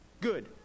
Good